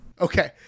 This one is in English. Okay